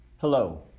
Hello